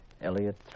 Elliot